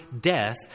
death